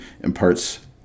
imparts